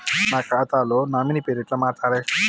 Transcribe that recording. నా ఖాతా లో నామినీ పేరు ఎట్ల మార్చాలే?